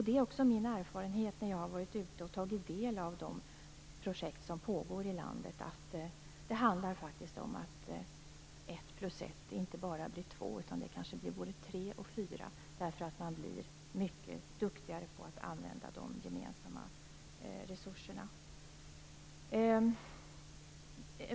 Det är också min erfarenhet, när jag har varit ute och tagit del av de projekt som pågår i landet, att det handlar om att ett plus ett inte bara blir två utan kanske både tre och fyra, därför att man blir mycket duktigare på att använda de gemensamma resurserna.